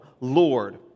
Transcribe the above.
lord